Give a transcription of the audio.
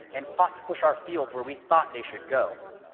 and fought to push our fields where we thought they should go.